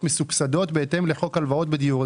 מסובסדות בהתאם לחוק הלוואות בדיור.